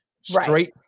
straight